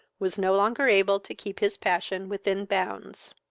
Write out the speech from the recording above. was no longer able to keep his passion within bounds.